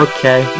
Okay